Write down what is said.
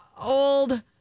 old